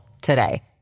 today